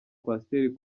coaster